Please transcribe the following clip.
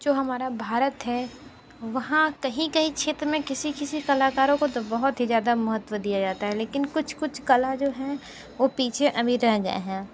जो हमारा भारत है वहाँ कहीं कहीं क्षेत्र में किसी किसी कलाकारों को तो बहुत ही ज़्यादा महत्व दिया जाता है लेकिन कुछ कुछ कला जो हैं वो पीछे अभी रह गए हैं